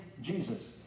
Jesus